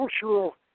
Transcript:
cultural